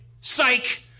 Psych